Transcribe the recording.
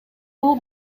бул